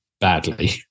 badly